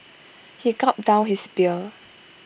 he gulped down his beer